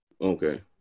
Okay